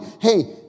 Hey